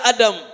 Adam